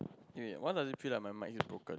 wait wait one does it feel like my mic is broken